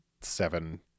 seven